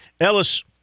Ellis